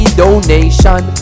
donation